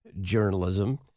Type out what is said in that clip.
journalism